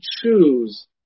choose